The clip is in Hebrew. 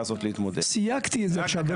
הזאת להתמודד --- סייגתי את זה עכשיו.